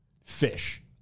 fish